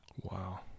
Wow